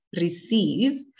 receive